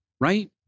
right